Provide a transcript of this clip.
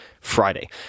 Friday